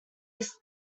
this